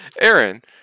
aaron